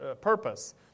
purpose